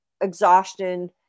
exhaustion